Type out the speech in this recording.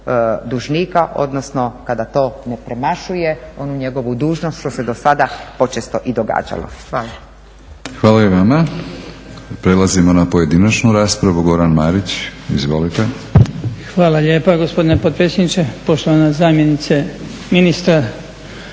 dužnika, odnosno kada to ne premašuje onu njegovu dužnost što se dosada počesto i događalo. Hvala. **Batinić, Milorad (HNS)** Hvala i vama. Prelazimo na pojedinačnu raspravu. Goran Marić, izvolite. **Marić, Goran (HDZ)** Hvala lijepa gospodine potpredsjedniče, poštovana zamjenice ministra,